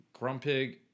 Grumpig